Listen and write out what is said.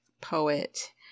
poet